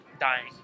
dying